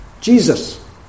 Jesus